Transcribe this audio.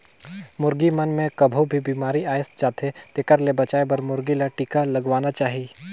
मुरगी मन मे कभों भी बेमारी आय जाथे तेखर ले बचाये बर मुरगी ल टिका लगवाना चाही